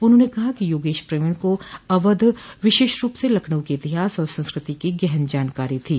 उन्होंने कहा कि योगेश प्रवीण को अवध विशेष रूप से लखनऊ के इतिहास और संस्कृति की गहन जानकारी थी